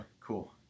cool